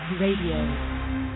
Radio